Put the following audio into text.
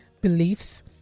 beliefs